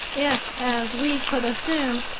if, as we could assume,